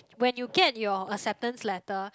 when you get your acceptance letter